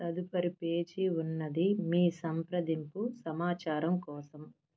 తదుపరి పేజీ ఉన్నది మీ సంప్రదింపు సమాచారం కోసం